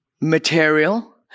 material